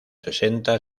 sesenta